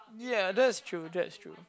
ya that's true that's true